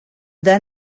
then